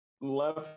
left